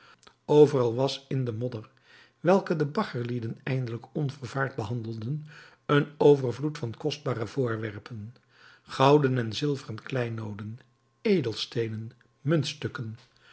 overal was in de modder welke de baggerlieden eindelijk onvervaard behandelden een overvloed van kostbare voorwerpen gouden en zilveren kleinooden edelsteenen muntstukken